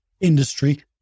industry